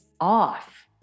off